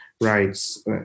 rights